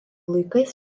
laikais